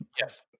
Yes